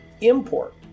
import